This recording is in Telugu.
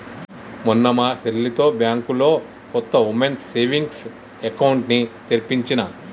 మొన్న మా చెల్లితో బ్యాంకులో కొత్త వుమెన్స్ సేవింగ్స్ అకౌంట్ ని తెరిపించినా